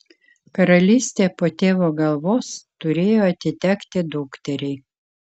karalystė po tėvo galvos turėjo atitekti dukteriai